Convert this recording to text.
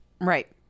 Right